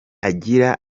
agira